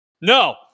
No